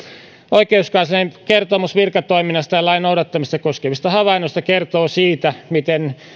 oikeuskanslerin kertomus virkatoiminnasta ja lain noudattamista koskevista havainnoista kertoo siitä miten